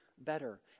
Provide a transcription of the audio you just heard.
better